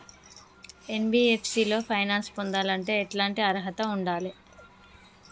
NBFC లో finance పొందాలంటే ఎట్లాంటి అర్హత ఉండాలే?